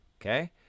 Okay